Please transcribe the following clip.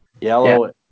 yellow